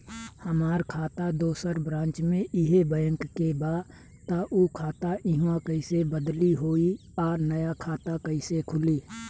हमार खाता दोसर ब्रांच में इहे बैंक के बा त उ खाता इहवा कइसे बदली होई आ नया खाता कइसे खुली?